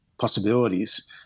possibilities